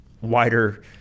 wider